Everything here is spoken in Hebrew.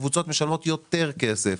הקבוצות משלמות יותר כסף